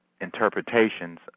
interpretations